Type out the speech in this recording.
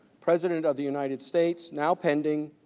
president of the united states now pending,